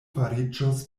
fariĝos